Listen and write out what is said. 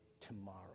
tomorrow